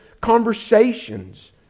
conversations